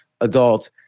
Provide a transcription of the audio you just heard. adult